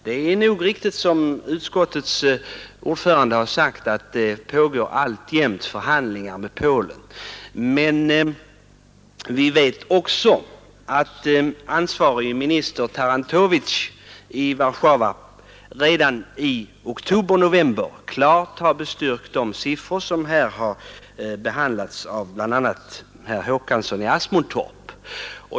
Det är nog riktigt som utskottets ordförande sagt att det alltjämt pågår förhandlingar med Polen. Men vi vet också att den ansvarige ministern Tarantowic i Warszawa redan i oktober/november klart bestyrkte de siffror som här har nämnts av bl.a. herr Håkansson i Asmundtorp.